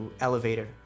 elevator